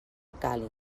càlig